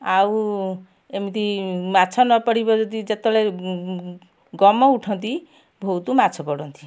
ଆଉ ଏମିତି ମାଛ ନ ପଡ଼ିବ ଯଦି ଯେତେବେଳେ ଗମ ଉଠନ୍ତି ବହୁତ ମାଛ ପଡ଼ନ୍ତି